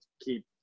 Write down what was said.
keep